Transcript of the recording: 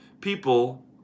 people